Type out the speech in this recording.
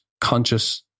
conscious